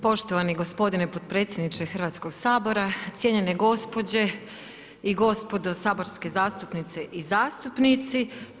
Poštovani gospodine potpredsjedniče Hrvatskoga sabora, cijenjene gospođe i gospodo saborske zastupnice i zastupnici.